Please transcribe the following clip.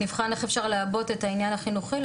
נבחן איך אפשר לעבות את העניין החינוכי.